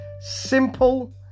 simple